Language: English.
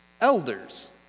elders